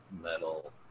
metal